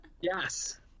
yes